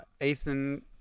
Ethan